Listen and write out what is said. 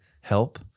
help